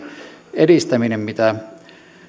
edistäminen mitä